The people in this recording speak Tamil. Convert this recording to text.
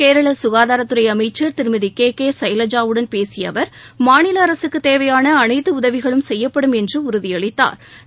கேரள சுகாதாரத்துறை அமைச்சர் திருமதி கே கே சைலஜாவுடன் பேசிய அவர் மாநில அரசுக்கு தேவையான அனைத்து உதவிகளும் செய்யப்படும் என்று உறுதியளித்தாா்